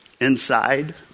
Inside